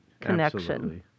connection